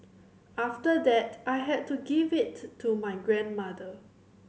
after that I had to give it to my grandmother